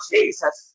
Jesus